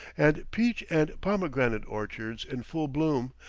and peach and pomegranate orchards in full bloom,